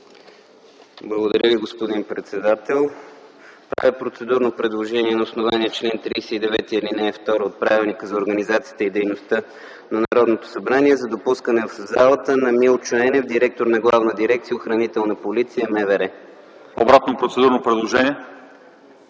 правя процедурно предложение